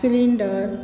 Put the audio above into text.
cylinder